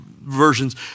versions